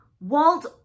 Walt